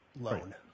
loan